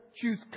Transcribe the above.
choose